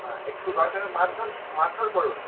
হ্যাঁ একটু দরকার হলে মারধর মারধর করুন